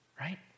Right